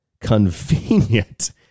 convenient